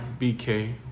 BK